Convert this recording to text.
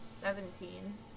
Seventeen